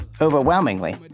overwhelmingly